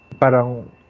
parang